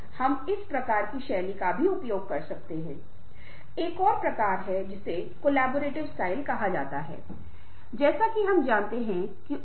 यह एक ऐसा कौशल है जिसकी आवश्यकता नहीं है और वास्तव में सिखाया नहीं जा सकता है लेकिन इसे कई चीजों से बटोरा जा सकता है जो हमने एक साथ किए हैं